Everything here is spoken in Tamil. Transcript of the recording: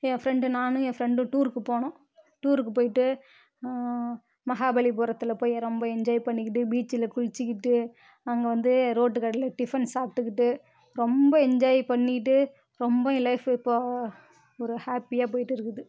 என் ஃபிரெண்டு நானும் ஏன் ஃபிரெண்டும் டூர்க்கு போனோம் டூர்க்கு போயிட்டு மஹாபலிபுரத்தில் போய் ரொம்ப என்ஜாய் பண்ணிகிட்டு பீச்சில் குளித்துகிட்டு அங்கே வந்து ரோட்டு கடையில் டிஃபன் சாப்பிட்டுக்கிட்டு ரொம்ப என்ஜாய் பண்ணிட்டு ரொம்ப என் லைஃப் இப்போது ஒரு ஹாப்பியாக போயிட்டு இருக்குது